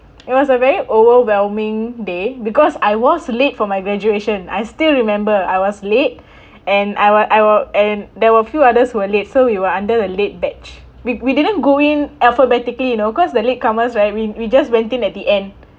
it was a very overwhelming day because I was late for my graduation I still remember I was late and I were I were and there were a few others who were late so we were under the late batch we we didn't go in alphabetically you know cause the latecomers right we we just went in at the end